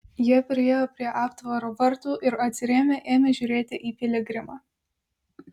jie priėjo prie aptvaro vartų ir atsirėmę ėmė žiūrėti į piligrimą